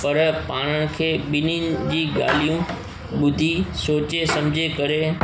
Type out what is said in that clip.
पर पाण खे ॿिनिनि जी ॻाल्हियूं ॿुधी सोचे सम्झे करे